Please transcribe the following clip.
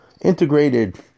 integrated